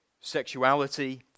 sexuality